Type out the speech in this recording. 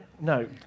no